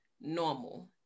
normal